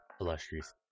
illustrious